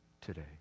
today